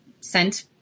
sent